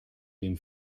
dem